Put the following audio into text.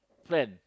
friend